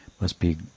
must-be